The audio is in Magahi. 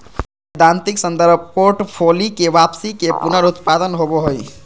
सैद्धांतिक संदर्भ पोर्टफोलि के वापसी के पुनरुत्पादन होबो हइ